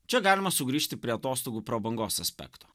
čia galima sugrįžti prie atostogų prabangos aspekto